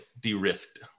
de-risked